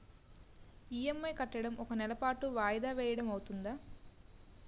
EMI కట్టడం ఒక నెల పాటు వాయిదా వేయటం అవ్తుందా?